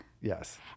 Yes